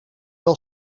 wel